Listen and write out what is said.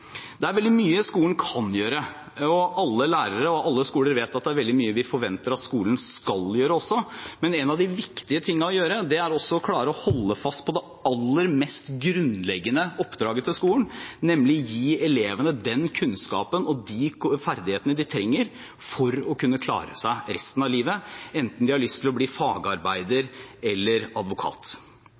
Det er veldig mye skolen kan gjøre, og alle lærere og alle skoler vet at det er veldig mye vi forventer at skolen også skal gjøre. Men en av de viktige tingene å gjøre er å klare å holde fast på det aller mest grunnleggende oppdraget til skolen, nemlig å gi elevene den kunnskapen og de ferdighetene de trenger for å kunne klare seg resten av livet, enten de har lyst til å bli fagarbeider eller advokat.